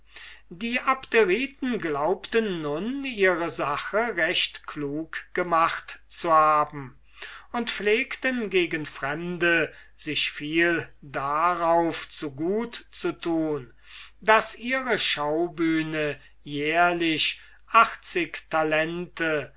die abderiten glaubten nun ihre sache recht klug gemacht zu haben und pflegten gegen fremde sich viel darauf zu gut zu tun daß ihre schaubühne jährlich talente